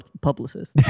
publicist